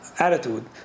Attitude